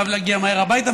חייב להגיע מהר הביתה,